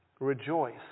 Rejoice